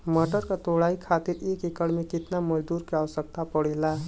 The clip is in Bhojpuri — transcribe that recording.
मटर क तोड़ाई खातीर एक एकड़ में कितना मजदूर क आवश्यकता पड़ेला?